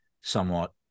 somewhat